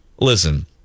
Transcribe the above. listen